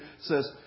says